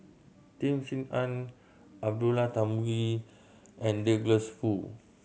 Tan Sin Aun Abdullah Tarmugi and Douglas Foo